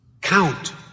Count